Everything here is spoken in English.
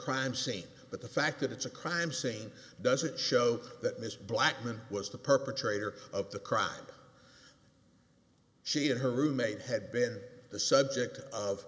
crime scene but the fact that it's a crime scene doesn't show that ms blackman was the perpetrator of the crime she and her roommate had been the subject of